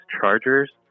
chargers